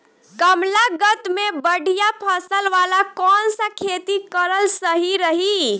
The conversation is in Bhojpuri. कमलागत मे बढ़िया फसल वाला कौन सा खेती करल सही रही?